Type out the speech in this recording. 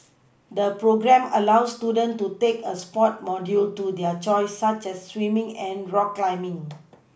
the programme allows students to take a sports module to their choice such as swimming and rock climbing